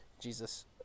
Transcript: Jesus